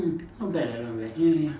not bad lah not bad ya ya